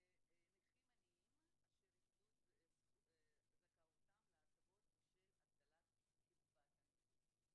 זה נכים עניים אשר איבדו את זכאותם להטבות בשל הגדלת קצבת הנכות.